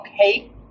Okay